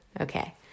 Okay